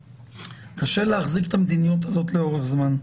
קשה להחזיק את המדיניות הזאת לאורך זמן.